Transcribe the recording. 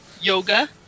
Yoga